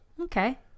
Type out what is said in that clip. Okay